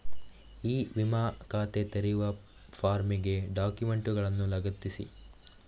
E ವಿಮಾ ಖಾತೆ ತೆರೆಯುವ ಫಾರ್ಮಿಗೆ ಡಾಕ್ಯುಮೆಂಟುಗಳನ್ನು ಲಗತ್ತಿಸಿ